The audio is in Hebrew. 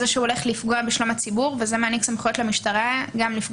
כך שהוא הולך לפגוע בשלום הציבור וזה מעניק סמכויות למשטרה לפגוע